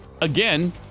again